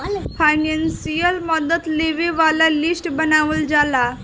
financial मदद लेबे वाला लिस्ट बनावल जाला